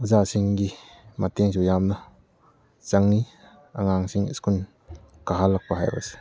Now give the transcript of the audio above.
ꯑꯣꯖꯥꯁꯤꯡꯒꯤ ꯃꯇꯦꯡꯁꯨ ꯌꯥꯝꯅ ꯆꯪꯉꯤ ꯑꯉꯥꯡꯁꯤꯡ ꯁ꯭ꯀꯨꯜ ꯀꯥꯍꯜꯂꯛꯄ ꯍꯥꯏꯕꯁꯦ